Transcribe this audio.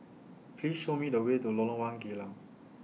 Please Show Me The Way to Lorong one Geylang